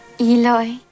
Eloy